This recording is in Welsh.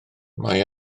mae